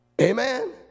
Amen